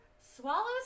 swallows